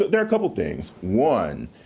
there are a couple of things, one,